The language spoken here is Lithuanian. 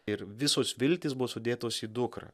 ir visos viltys buvo sudėtos į dukrą